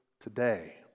today